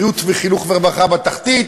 בריאות וחינוך ורווחה בתחתית,